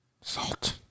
Salt